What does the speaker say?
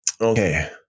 Okay